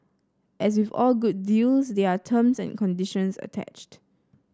as with all good deals there are terms and conditions attached